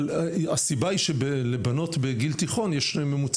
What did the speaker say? הסיבה היא שלבנות בגיל תיכון יש ממוצע